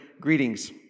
greetings